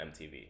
MTV